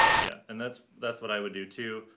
yeah. and that's that's what i would do, too.